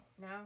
No